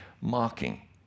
mocking